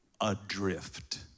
adrift